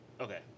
okay